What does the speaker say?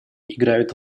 играют